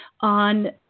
on